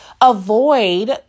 avoid